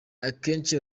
akenshi